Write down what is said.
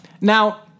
Now